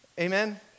Amen